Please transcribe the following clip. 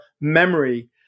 memory